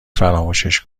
فراموشش